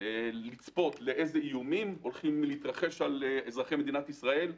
לצפות איזה איומים הולכים להתרחש על אזרחי מדינת ישראל,